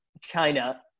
China